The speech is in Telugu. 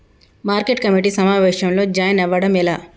మార్కెట్ కమిటీ సమావేశంలో జాయిన్ అవ్వడం ఎలా?